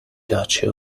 duchy